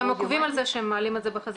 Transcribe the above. אבל אתם עוקבים על זה שהם מעלים את זה בחזרה?